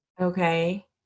Okay